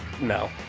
No